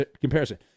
comparison